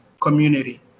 community